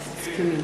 מסכימים.